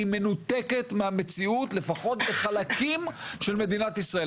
היא מנותקת מהמציאות לפחות בחלקים של מדינת ישראל.